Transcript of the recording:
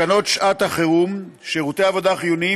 להארכת תוקפן של תקנות שעת חירום (שירותי עבודה חיוניים